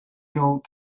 gold